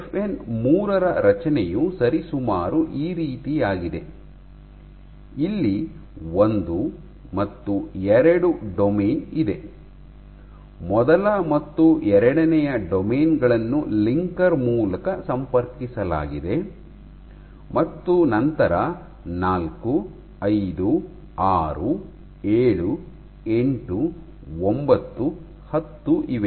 FN 3 ರ ರಚನೆಯು ಸರಿಸುಮಾರು ಈ ರೀತಿಯಾಗಿದೆ ಇಲ್ಲಿ ಒಂದು ಮತ್ತು ಎರಡು ಡೊಮೇನ್ ಇದೆ ಮೊದಲ ಮತ್ತು ಎರಡನೆಯ ಡೊಮೇನ್ ಗಳನ್ನು ಲಿಂಕರ್ ಮೂಲಕ ಸಂಪರ್ಕಿಸಲಾಗಿದೆ ಮತ್ತು ನಂತರ ನಾಲ್ಕು ಐದು ಆರು ಏಳು ಎಂಟು ಒಂಬತ್ತು ಹತ್ತು ಇವೆ